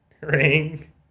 ring